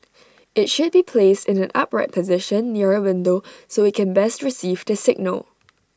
IT should be placed in an upright position near A window so IT can best receive the signal